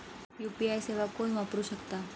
UPI सेवा कोण वापरू शकता?